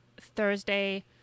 Thursday